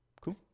Cool